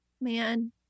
man